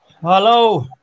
hello